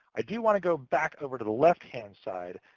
i do want to go back over to the left-hand side,